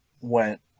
went